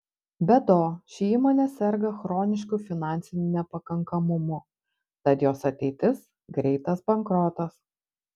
be to ši įmonė serga chronišku finansiniu nepakankamumu tad jos ateitis greitas bankrotas